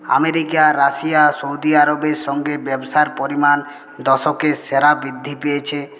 America Russia Saudi আরবের সঙ্গে ব্যবসার পরিমাণ দশকের সেরা বৃদ্ধি পেয়েছে